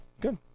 Good